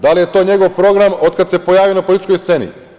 Da li je to njegov program od kada se pojavio na političkoj sceni?